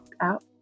out